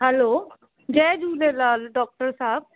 हलो जय झूलेलाल डॉक्टर साहिबु